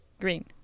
Green